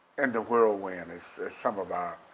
and the whirlwind as some of our